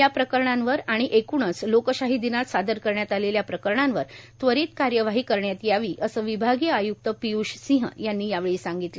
या प्रकरणांवर आणि एकूणच लोकशाही दिनात सादर करण्यात आलेल्या प्रकरणांवर त्वरीत कार्यवाही करण्यात यावी असं विभागीय आयुक्त पियूष सिंह यांनी यावेळी सांगितलं